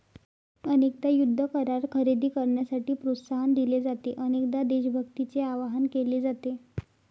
अनेकदा युद्ध करार खरेदी करण्यासाठी प्रोत्साहन दिले जाते, अनेकदा देशभक्तीचे आवाहन केले जाते